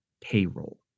payroll